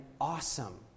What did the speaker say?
awesome